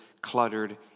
cluttered